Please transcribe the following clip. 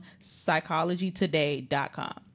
psychologytoday.com